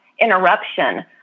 interruption